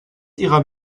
ihrer